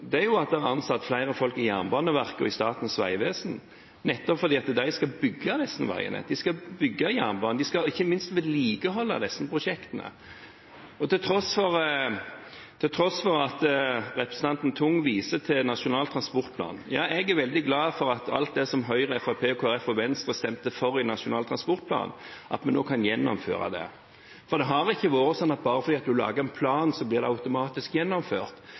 er at vi har ansatt flere folk i Jernbaneverket og Statens vegvesen, nettopp fordi de skal bygge disse veiene, de skal bygge jernbane, og de skal ikke minst vedlikeholde disse prosjektene. Representanten Tung viser til Nasjonal transportplan. Jeg er veldig glad for at alt det som Høyre, Kristelig Folkeparti og Venstre stemte for i forbindelse med Nasjonal transportplan, kan vi nå gjennomføre, for det har ikke vært sånn at bare fordi en lager en plan, blir den automatisk gjennomført.